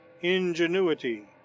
ingenuity